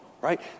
right